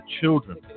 children